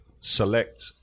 select